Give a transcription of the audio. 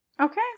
Okay